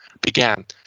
began